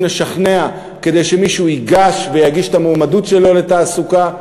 לשכנע כדי שמישהו ייגש ויגיש את המועמדות שלו לתעסוקה,